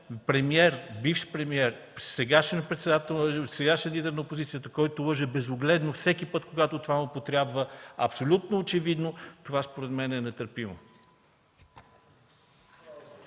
за мен бивш премиер, сегашен лидер на опозицията, който лъже безогледно всеки път, когато това му потрябва, абсолютно очевидно, това според мен е нетърпимо.